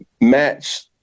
match